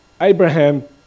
Abraham